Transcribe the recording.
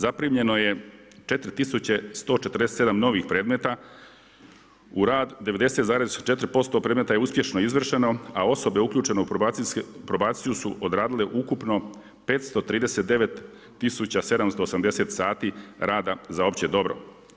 Zaprimljeno je 4.147 novih predmeta u rad 90,4% je uspješno izvršeno, a osobe uključene u probaciju su odradile ukupno 539.780 sati rada za opće dobro.